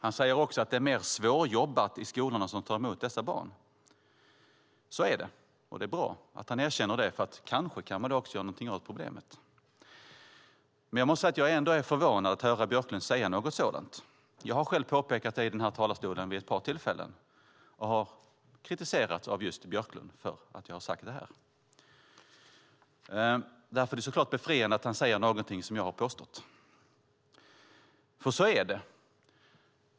Han säger också att det är "mer svårjobbat" i skolorna som tar emot dessa barn. Så är det. Det är bra att han erkänner det, för kanske kan man då också göra någonting åt problemet. Jag måste säga att jag ändå är förvånad att höra Björklund säga något sådant. Jag har själv påpekat detta i den här talarstolen vid ett par tillfällen och har kritiserats av just Björklund för att jag har sagt det. Därför är det så klart befriande att han säger någonting som jag har påstått, för så är det.